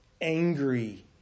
Angry